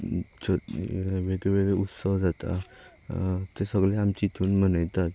वेगळे वेगळे उत्सव जाता ते सगळे आमचे हेतून मनयतात